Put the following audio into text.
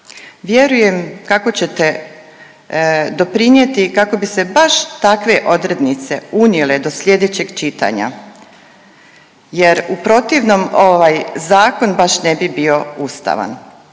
Vjerujem kako ćete doprinijeti i kako bi se baš takve odrednice unijele do sljedećeg čitanja, jer u protivnom ovaj zakon baš ne bi bio ustavan.